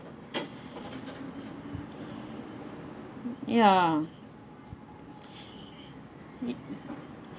ya